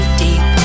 deep